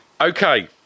okay